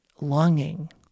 longing